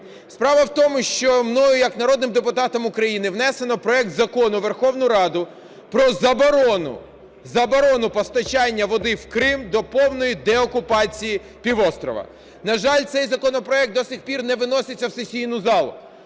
Справа в тому, що мною як народним депутатом України внесено проект Закону у Верховну Раду про заборону, заборону постачання води в Крим до повної деокупації півострова. На жаль, цей законопроект до цих пір не виноситься в сесійну залу,